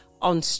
on